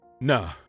No